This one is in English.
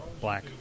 Black